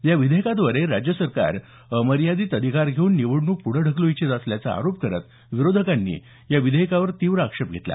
या विधेयकाद्वारे राज्य सरकार अमर्यादित अधिकार घेऊन निवडणूक पूढं ढकलू इच्छित असल्याचा आरोप करत विरोधकांनी या विधेयकावर तीव्र आक्षेप घेतला